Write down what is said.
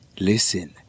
listen